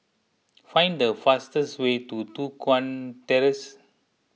find the fastest way to Tua Kong Terrace